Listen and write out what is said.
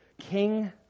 king